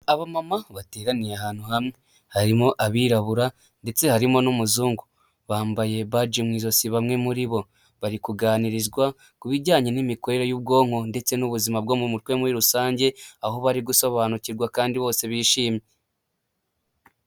Abamama bateraniye ahantu hamwe, harimo abirabura ndetse harimo n'umuzungu bambaye baji mu ijosi, bamwe muri bo bari kuganirizwa ku bijyanye n'imikorere y'ubwonko ndetse n'ubuzima bwo mu mutwe muri rusange, aho bari gusobanukirwa kandi bose bishimye.